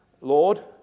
Lord